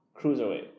Cruiserweight